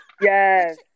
yes